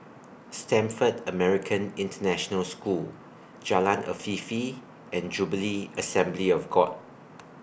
Stamford American International School Jalan Afifi and Jubilee Assembly of God